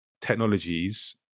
technologies